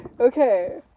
okay